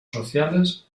sociales